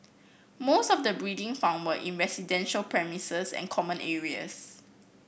most of the breeding found were in residential premises and common areas